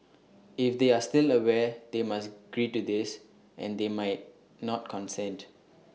if they are still aware they must agree to this and they might not consent